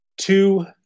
two